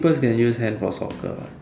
pers can use hand for soccer what